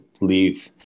leave